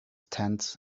tent